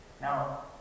Now